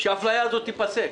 שהאפליה הזאת תיפסק.